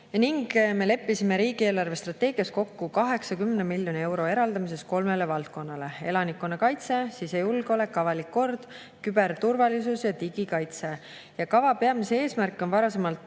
Me leppisime riigi eelarvestrateegias kokku 80 miljoni euro eraldamises kolmele valdkonnale: elanikkonnakaitse, sisejulgeolek ja avalik kord, küberturvalisus ja digikaitse. Kava peamine eesmärk on varasemalt